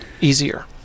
easier